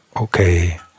okay